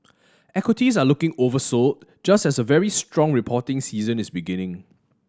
equities are looking oversold just as a very strong reporting season is beginning